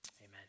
Amen